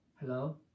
hello